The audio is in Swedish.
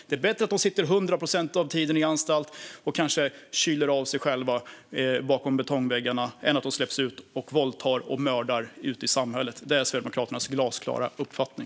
Det är bättre att de sitter 100 procent av tiden på anstalt och kanske kyler av sig själva bakom betongväggarna än att de släpps ut och våldtar och mördar ute i samhället. Det är Sverigedemokraternas glasklara uppfattning.